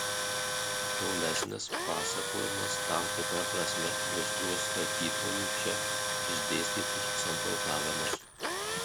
tolesnis pasakojimas tam tikra prasme iliustruos skaitytojui čia išdėstytus samprotavimus